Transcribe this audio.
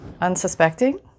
unsuspecting